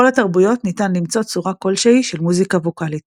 בכל התרבויות ניתן למצוא צורה כלשהי של מוזיקה ווקאלית.